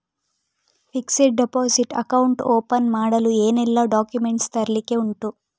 Fixed deposit account open ಮಾಡಲು ಏನೆಲ್ಲಾ documents ತರ್ಲಿಕ್ಕೆ ಉಂಟು?